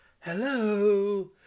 Hello